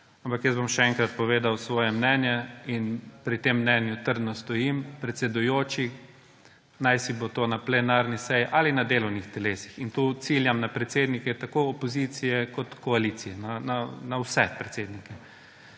Ampak jaz bom še enkrat povedal svoje mnenje in za tem mnenjem trdno stojim. Predsedujoči, najsibo na plenarni seji ali na seji delovnega telesa – in tu ciljam na predsednike tako opozicije kot koalicije, na vse predsednike